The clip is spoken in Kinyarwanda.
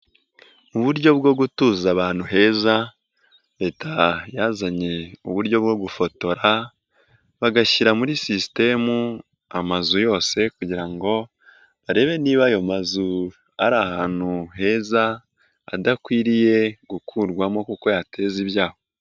Mu buryo bwo gutuza ahantu heza Leta yazanye uburyo bwo gufotora bagashyira muri sisitemu amazu yose kugira ngo barebe niba ayo mazu ari ahantu heza, adakwiriye gukurwamo kuko yateza ibyago.